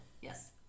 yes